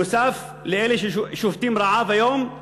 נוסף על אלה ששובתים רעב היום,